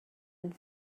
and